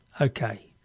Okay